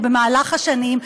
או במהלך השנים,